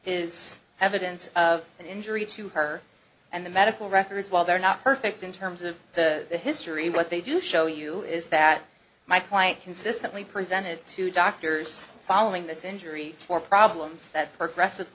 is evidence of an injury to her and the medical records while they're not perfect in terms of the the history what they do show you is that my client consistently presented to doctors following this injury for problems that p